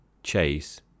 Chase